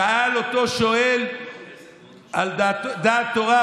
שאל אותו שואל על דעת תורה,